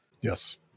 Yes